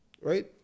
Right